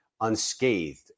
unscathed